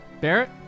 Barrett